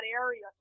area